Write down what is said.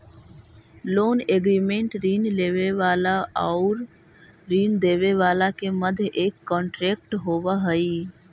loan agreement ऋण लेवे वाला आउर ऋण देवे वाला के मध्य एक कॉन्ट्रैक्ट होवे हई